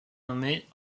nommée